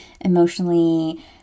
emotionally